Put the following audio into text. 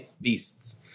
Beasts